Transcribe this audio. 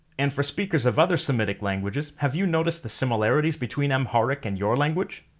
and for speakers of other semitic languages have you noticed the similarities between amharic and your language?